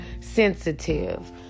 sensitive